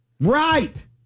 Right